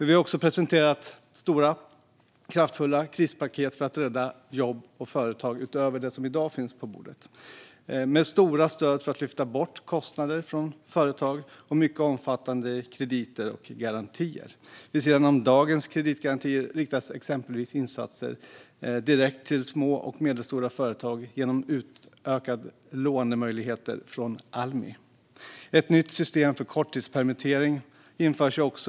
Vi har också presenterat stora, kraftfulla krispaket för att rädda jobb och företag, utöver det som i dag finns på bordet, med stora stöd för att lyfta bort kostnader från företag och med mycket omfattande kreditgarantier. Vid sidan av dagens kreditgarantier riktas exempelvis insatser direkt till små och medelstora företag genom utökade lånemöjligheter från Almi. Ett nytt system för korttidspermittering införs också.